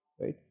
right